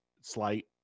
slight